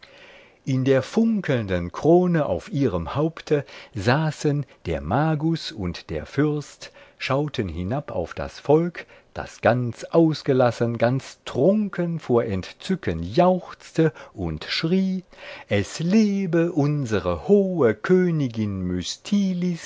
in der funkelnden krone auf ihrem haupte saßen der magus und der fürst schauten hinab auf das volk das ganz ausgelassen ganz trunken vor entzücken jauchzte und schrie es lebe unsere hohe königin